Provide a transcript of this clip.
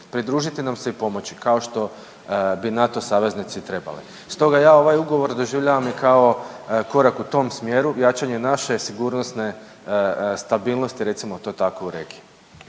pridružiti nam se i pomoći, kao što bi NATO saveznici trebali. Stoga ja ovaj Ugovor doživljavam kao korak u tom smjeru, jačanju naše sigurnosne stabilnosti, recimo to tako, u regiji.